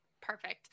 perfect